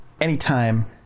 anytime